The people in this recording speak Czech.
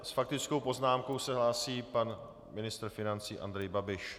S faktickou poznámkou se hlásí pan ministr financí Andrej Babiš.